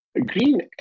Green